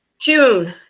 June